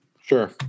sure